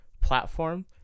platform